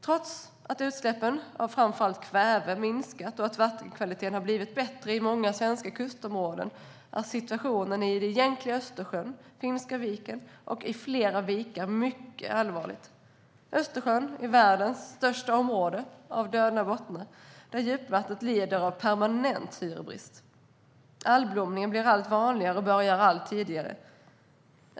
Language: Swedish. Trots att utsläppen av framför allt kväve minskat och att vattenkvaliteten har blivit bättre i många svenska kustområden är situationen i Egentliga Östersjön, Finska Viken och flera vikar mycket allvarlig. Östersjön har världens största områden av döda bottnar där djupvattnet lider av permanent syrebrist. Algblomningar blir allt vanligare och börjar allt tidigare.